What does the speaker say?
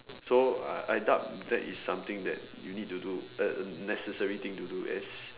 so uh I doubt that is something that you need to do uh a necessary thing to do as